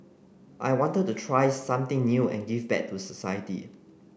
I wanted to try something new and give back to society